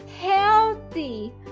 healthy